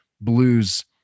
blues